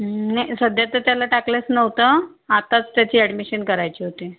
नाही सध्या तर त्याला टाकलंच नव्हतं आताच त्याची ॲडमिशन करायची होती